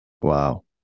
Wow